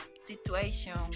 situation